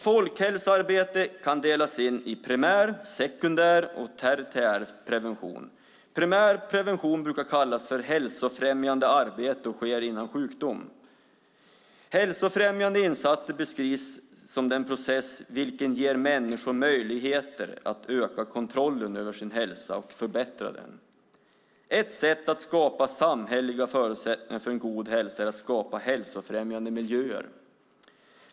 Folkhälsoarbetet kan delas in i primär, sekundär och tertiär prevention. Primär prevention brukar kallas för hälsofrämjande arbete och sker innan man blir sjuk. Hälsofrämjande insatser beskrivs som den process vilken ger människor möjligheter att öka kontrollen över sin hälsa och att förbättra den. Ett sätt att skapa samhälleliga förutsättningar för en god hälsa är att skapa hälsofrämjande miljöer.